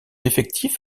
effectif